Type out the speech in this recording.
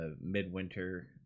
midwinter